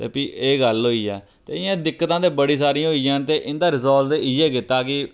ते फ्ही एह् गल्ल होई ऐ ते इ'यां दिक्कतां ते बड़ी सारी होइयां ते इं'दा रिजॉल्व ते इ'यै कीता कि